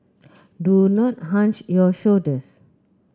do not hunch your shoulders